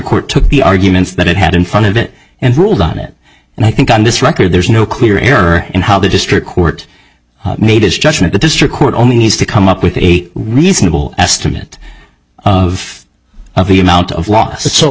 court took the arguments that it had in front of it and ruled on it and i think on this record there's no clear error in how the district court made his judgement the district court only needs to come up with a reasonable estimate of the amount of l